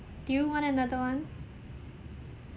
do you want another one